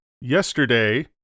yesterday